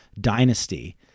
dynasty